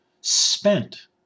spent